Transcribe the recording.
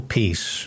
peace